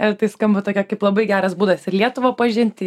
a tai skamba tokia kaip labai geras būdas ir lietuvą pažinti